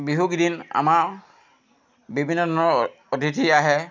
বিহুকেইদিন আমাৰ বিভিন্ন ধৰণৰ অতিথি আহে